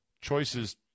Choices